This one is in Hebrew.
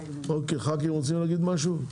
ח"כים רוצים להגיד משהו?